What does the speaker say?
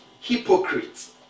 hypocrites